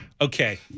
Okay